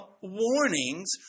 warnings